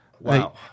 Wow